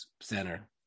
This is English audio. center